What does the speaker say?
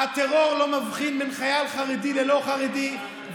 מי שעומד כאן